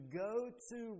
go-to